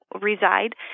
reside